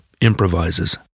improvises